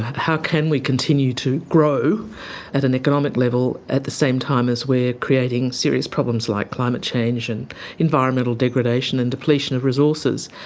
how can we continue to grow at an economic level at the same time as we are creating serious problems like climate change and environmental degradation and depletion of resources.